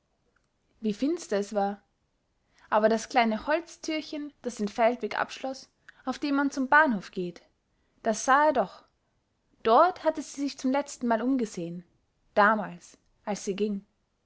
wie finster es war aber das kleine holztürchen das den feldweg abschloß auf dem man zum bahnhof geht das sah er doch dort hatte sie sich zum letztenmal umgesehen damals als sie ging